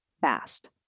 fast